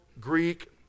Greek